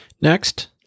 Next